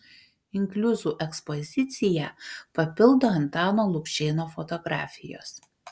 inkliuzų ekspoziciją papildo antano lukšėno fotografijos